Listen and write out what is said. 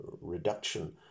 reduction